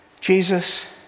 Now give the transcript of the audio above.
Jesus